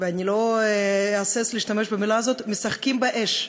אני לא אהסס להשתמש במילה הזאת, משחקים באש,